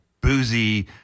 boozy